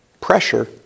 pressure